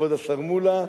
כבוד היושב-ראש מולה.